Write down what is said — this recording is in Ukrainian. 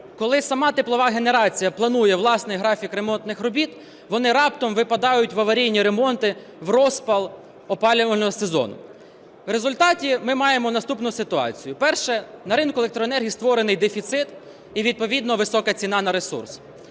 коли сама теплова генерація планує власний графік ремонтних робіт, вони раптом випадають в аварійні ремонти в розпал опалювального сезону? В результаті ми маємо наступну ситуацію: перше - на ринку електроенергії створений дефіцит і відповідно висока ціна на ресурс;